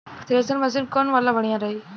Thresher machine कौन वाला बढ़िया रही?